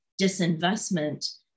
disinvestment